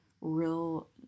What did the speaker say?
real